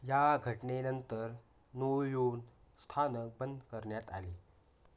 या घटनेनंतर नू यून स्थानक बंद करन्यात आले